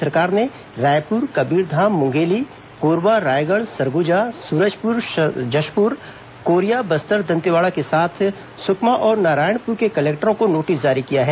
राज्य सरकार ने रायपुर कबीरधाम मुंगेली कोरबा रायगढ़ सरगुजा सूरजपुर जशपुर कोरिया बस्तर दंतेवाड़ा के साथ सुकमा और नारायणपुर के कलेक्टरों को नोटिस जारी किया है